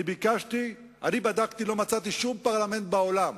בדקתי ולא מצאתי שום פרלמנט בעולם